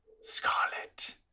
Scarlet